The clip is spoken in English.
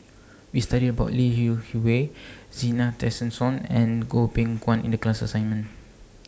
We studied about Lee YOU Hui Zena Tessensohn and Goh Beng Kwan in The class assignment